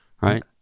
right